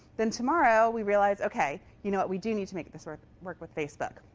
then tomorrow, we realize ok, you know we do need to make this work work with facebook.